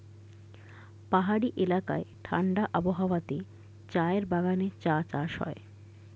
পাহাড়ি এলাকায় ঠাণ্ডা আবহাওয়াতে চায়ের বাগানে চা চাষ হয়